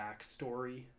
backstory